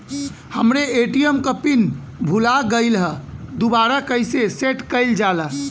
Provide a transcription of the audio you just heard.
हमरे ए.टी.एम क पिन भूला गईलह दुबारा कईसे सेट कइलजाला?